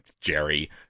Jerry